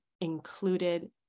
included